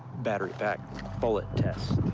battery pack bullet test.